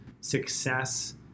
success